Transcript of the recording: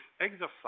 exercise